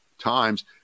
times